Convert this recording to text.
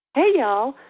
hey y'all,